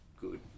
good